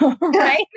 right